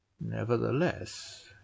nevertheless